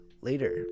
later